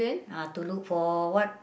uh to look for what